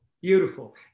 Beautiful